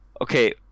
okay